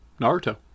Naruto